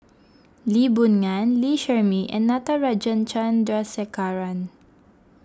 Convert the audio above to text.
Lee Boon Ngan Lee Shermay and Natarajan Chandrasekaran